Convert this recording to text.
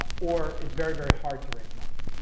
or it's very, very hard to raise money.